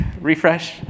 refresh